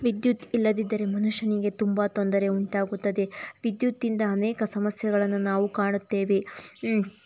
ವಿದ್ಯುತ್ ಇಲ್ಲದಿದ್ದರೆ ಮನುಷ್ಯನಿಗೆ ತುಂಬ ತೊಂದರೆ ಉಂಟಾಗುತ್ತದೆ ವಿದ್ಯುತ್ತಿಂದ ಅನೇಕ ಸಮಸ್ಯೆಗಳನ್ನು ನಾವು ಕಾಣುತ್ತೇವೆ